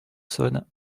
saône